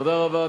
תודה רבה.